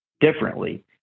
differently